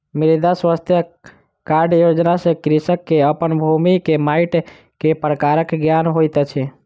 मृदा स्वास्थ्य कार्ड योजना सॅ कृषक के अपन भूमि के माइट के प्रकारक ज्ञान होइत अछि